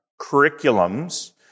curriculums